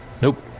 nope